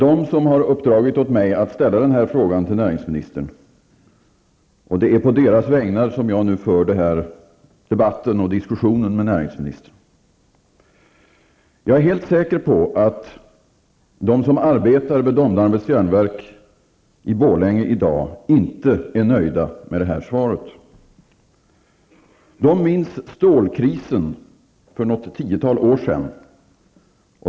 De har uppdragit åt mig att ställa den här frågan till näringsministern, och det är på deras vägnar som jag nu för den här debatten och diskussionen med näringsministern. Jag är helt säker på att de som i dag arbetar vid Domnarvets Järnverk i Borlänge inte är nöjda med det här svaret. De minns stålkrisen för tiotalet år sedan.